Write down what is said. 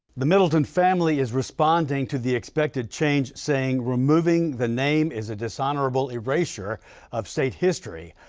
the middleton family is responding to the expected change saying, removing the name is dishonorable erasure of state history.